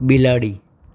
બિલાડી